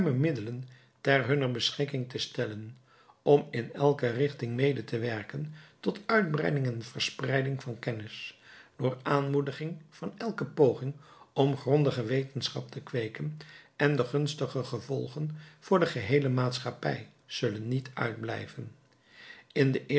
middelen ter hunner beschikking te stellen om in elke richting mede te werken tot uitbreiding en verspreiding van kennis door aanmoediging van elke poging om grondige wetenschap te kweeken en de gunstige gevolgen voor de geheele maatschappij zullen niet uitblijven in de